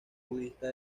budista